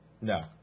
No